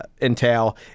entail